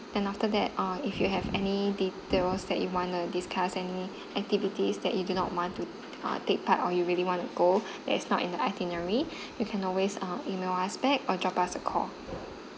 then after that uh if you have any details that you want to discuss any activities that you do not want to uh take part or you really to go that's not in the itinerary you can always uh email us back or drop us a call